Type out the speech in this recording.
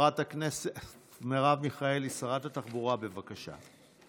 חברת הכנסת מרב מיכאלי, שרת התחבורה, בבקשה.